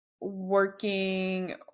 working